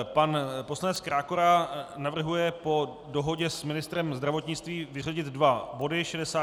Pan poslanec Krákora navrhuje po dohodě s ministrem zdravotnictví vyřadit dva body, 66 a 67.